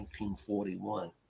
1941